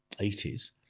80s